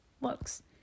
looks